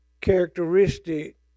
characteristic